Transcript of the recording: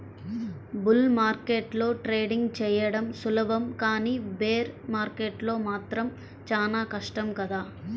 bull మార్కెట్లో trading చెయ్యడం సులభం కానీ బేర్ మార్కెట్లో మాత్రం చానా కష్టం కదా